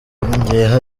yongeyeho